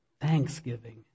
Thanksgiving